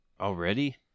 Already